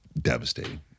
devastating